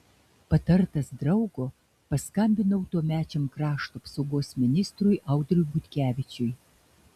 patartas draugo paskambinau tuomečiam krašto apsaugos ministrui audriui butkevičiui